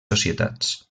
societats